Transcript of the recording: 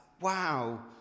wow